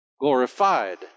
glorified